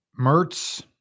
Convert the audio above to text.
Mertz